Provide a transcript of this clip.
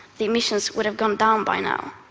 the emissions would have gone down by now.